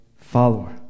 follower